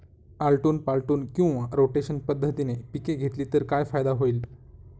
आलटून पालटून किंवा रोटेशन पद्धतीने पिके घेतली तर काय फायदा होईल?